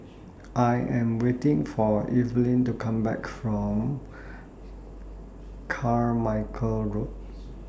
I Am waiting For Evelyn to Come Back from Carmichael Road